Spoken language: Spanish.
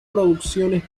producciones